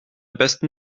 besten